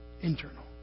internal